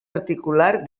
articular